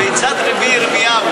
ביצת רבי ירמיהו.